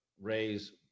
raise